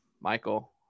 Michael –